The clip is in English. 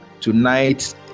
tonight